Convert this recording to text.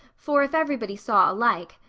for if everybody saw alike.